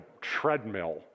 treadmill